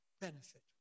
benefit